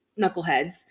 knuckleheads